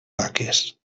vaques